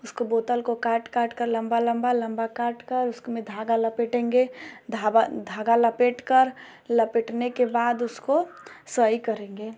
उसको बोतल को काट काटकर लम्बा लम्बा लम्बा काटकर उसमें धागा लपेटेंगे धाबा धागा लपेटकर लपेटने के बाद उसको सही करेंगे